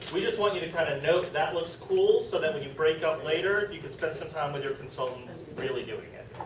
we just want you to kind of note that looks cool. so, that when you break up later you can spend some time with your consultant really doing it.